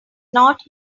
not